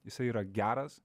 jisai yra geras